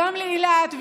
גם לאילת,